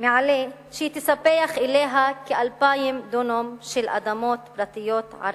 מעלה שהיא תספח אליה כ-2,000 דונם של אדמות פרטיות ערביות,